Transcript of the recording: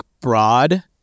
broad